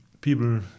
people